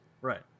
Right